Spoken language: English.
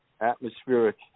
atmospheric